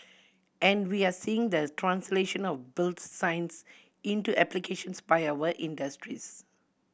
and we are seeing the translation of built science into applications by our industries